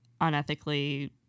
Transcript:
unethically